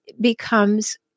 becomes